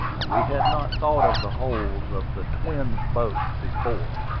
we had not thought of the holds of the twin boats before,